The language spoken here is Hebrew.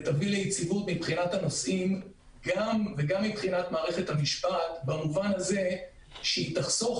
ותביא ליציבות מבחינת הנוסעים וגם מבחינת מערכת המשפט במובן זה שתחסוך